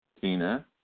Tina